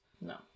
No